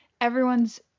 everyone's